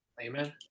Amen